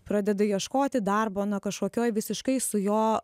pradeda ieškoti darbo ne kažkokioje visiškai su jo